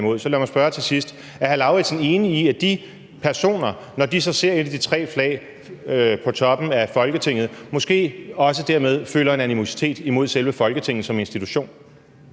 Så lad mig spørge til sidst: Er hr. Karsten Lauritzen enig i, at de personer, når de så ser et af de tre flag på toppen af Folketinget, måske også dermed føler en animositet mod selve Folketinget som institution?